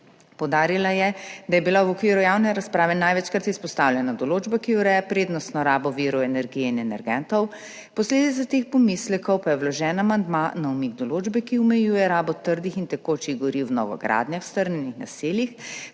Poudarila je, da je bila v okviru javne razprave največkrat izpostavljena določba, ki ureja prednostno rabo virov energije in energentov, posledica teh pomislekov pa je vložen amandma na umik določbe, ki omejuje rabo trdih in tekočih goriv v novogradnjah v strnjenih naseljih,